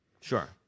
Sure